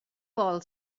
vol